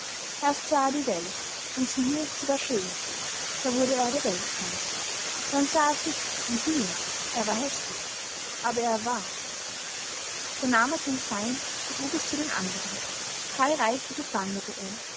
erst sah er die welt und siehe sie war schön da wurde er der weltfreund dann sah er sich und siehe er war häßlich aber er war da nahm er sein sein und trug es zu den anderen drei reiche durchwanderte er